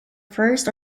first